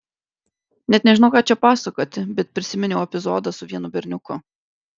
net nežinau ką čia pasakoti bet prisiminiau epizodą su vienu berniuku